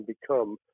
become